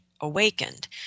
awakened